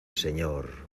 señor